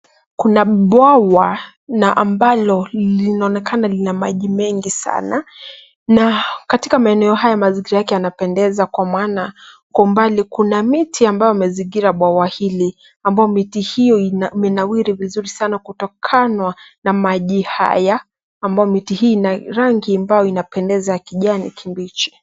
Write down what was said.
Kuna bwawa na ambalo linaonekana lina maji mengi sana na katika maeneo haya mazingira yake yanapendeza kwa maana kwa umbali kuna miti ambayo yamezingira bwawa hili ambao miti hiyo imenawiri vizuri sana kutokana na maji haya ambayo miti hii ina rangi ambayo inapendeza ya kijani kibichi.